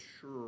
sure